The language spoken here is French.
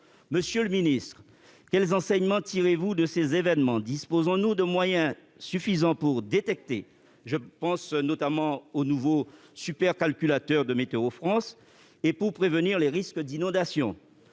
Monsieur le ministre, quels enseignements tirez-vous de ces événements ? Disposons-nous de moyens suffisants pour les détecter- je pense notamment aux nouveaux supercalculateurs de Météo France -et pour prévenir les risques d'inondation ?